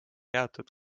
jäetud